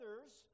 others